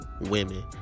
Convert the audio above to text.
women